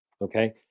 Okay